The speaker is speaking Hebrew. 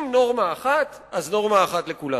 אם נורמה אחת, אז נורמה אחת לכולם.